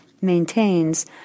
maintains